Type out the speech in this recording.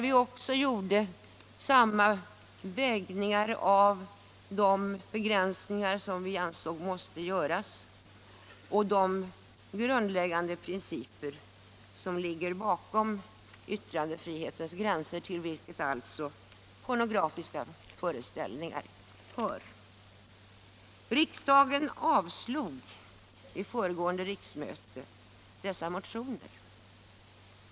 Vi vägde återigen de begränsningar som vi ansåg måste göras mot de grundläggande principerna för yttrandefriheten, ett område till vilket alltså pornografiska föreställningar hör. Riksdagen avslog vid föregående riksmöte dessa motioner.